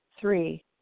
Three